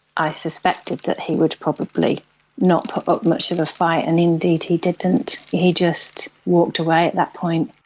i suspected that he would probably not put up much of a fight, and indeed he didn't. he just walked away at that point.